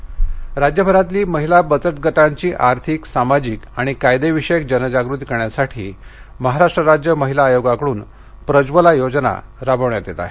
बचत गट अहमदनगर राज्यभरातील महिला बघत गटांची आर्थिक सामाजिक आणि कायदेविषयक जनजागृती करण्यासाठी महाराष्ट्र राज्य महिला आयोगाकडून प्रज्वला योजना राबविण्यात येत आहे